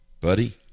buddy